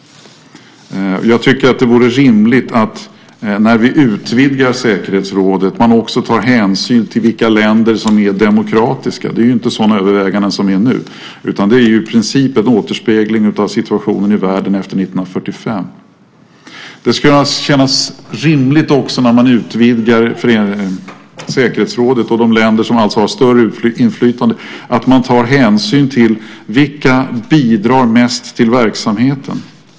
Jag tycker att det vore rimligt att man, när vi utvidgar säkerhetsrådet, också tar hänsyn till vilka länder som är demokratiska. Det är ju inte sådana överväganden som görs nu, utan det är ju i princip en återspegling av världen efter 1945. Det skulle naturligtvis också kännas rimligt, när man utvidgar säkerhetsrådet och gruppen av länder som alltså har större inflytande, att ta hänsyn till vilka länder som bidrar mest till verksamheten.